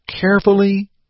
carefully